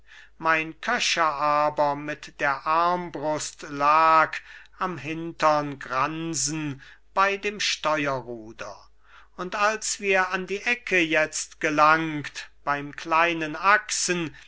mein köcher aber mit der armbrust lag am hintern gransen bei dem steuerruder und als wir an die ecke jetzt gelangt beim kleinen axen